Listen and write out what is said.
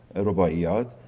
rubaiyat,